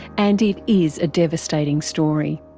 and it is a devastating story,